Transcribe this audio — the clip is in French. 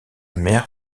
mère